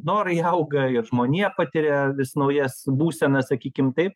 norai auga ir žmonija patiria vis naujas būsenas sakykim taip